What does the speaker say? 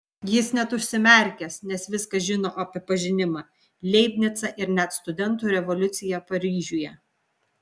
jis net užsimerkęs nes viską žino apie pažinimą leibnicą ir net studentų revoliuciją paryžiuje